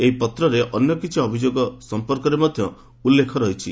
ଏହି ପତ୍ରରେ ଅନ୍ୟ କିଛି ଅଭିଯୋଗ ସଂପର୍କରେ ମଧ୍ୟ ଉଲ୍ଲେଖ ରହିଛି